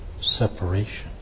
separation